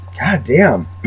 goddamn